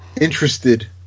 interested